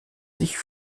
sich